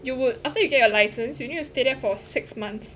you would after you get your license you need to stay there for six months